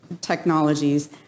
technologies